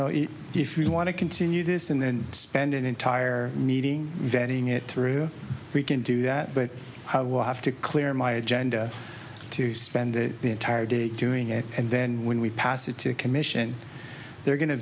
know if you want to continue this and then spend an entire needing vetting it we can do that but will have to clear my agenda to spend the entire day doing it and then when we pass it to a commission they're going to